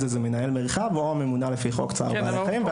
זה הוא מנהל מרחב או הממונה לפי חוק צער בעלי חיים,